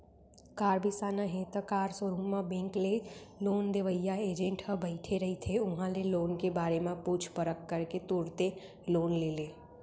car बिसाना हे त कार सोरूम म बेंक ले लोन देवइया एजेंट ह बइठे रहिथे उहां ले लोन के बारे म पूछ परख करके तुरते लोन ले ले